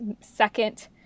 second